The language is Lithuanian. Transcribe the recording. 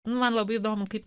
man labai įdomu kaip